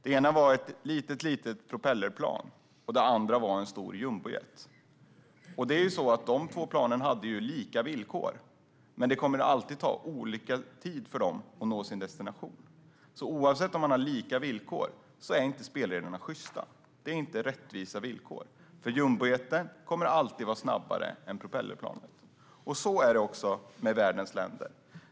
Det ena var ett litet propellerplan; det andra var en stor jumbojet. De två planen hade lika villkor, men det kommer alltid att ta olika lång tid för dem att nå sin destination. Spelreglerna är inte sjysta, oavsett om man har lika villkor. Villkoren är inte rättvisa, för jumbojeten kommer alltid att vara snabbare än propellerplanet. Så är det också med världens länder.